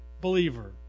believer